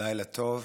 לילה טוב.